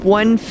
one